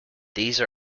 these